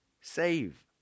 save